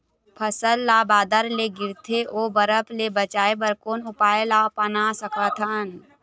फसल ला बादर ले गिरथे ओ बरफ ले बचाए बर कोन उपाय ला अपना सकथन?